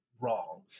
wrong